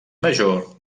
major